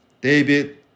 David